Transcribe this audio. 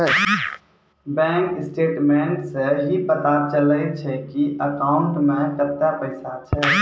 bank statements सं ही पता चलै छै की अकाउंटो मे कतै पैसा छै